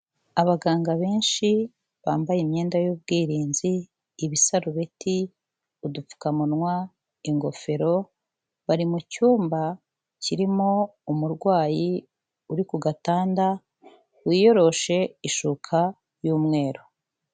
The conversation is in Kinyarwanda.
Abaganga benshi bambaye imyenda y'ubwirinzi, ibisarubeti, udupfukamunwa, ingofero, bari mu cyumba kirimo umurwayi uri ku gatanda wiyoroshe ishuka y'umweru.